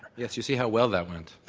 yes, you see how well that went.